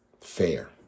fair